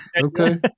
Okay